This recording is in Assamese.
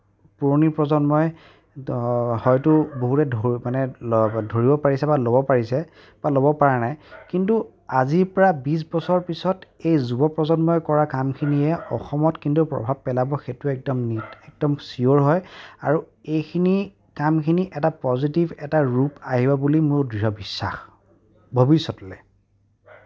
পুৰণি প্ৰজন্মই ত' হয়তো বহুতে ধ মানে ল ধৰিব পাৰিছে বা ল'ব পাৰিছে বা ল'ব পাৰা নাই কিন্তু আজিৰ পৰা বিশ বছৰৰ পিছত এই যুৱ প্ৰজন্মই কৰা কামখিনিয়ে অসমত কিন্তু প্ৰভাৱ পেলাব সেইটো কিন্তু একদম নি একদম ছিয়'ৰ হয় আৰু এইখিনি কামখিনি এটা পজিটিভ এটা ৰূপ আহিব বুলি মোৰ দৃঢ় বিশ্বাস ভৱিষ্যতলৈ